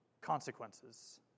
consequences